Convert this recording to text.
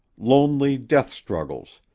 lonely death-struggles,